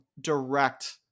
direct